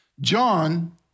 John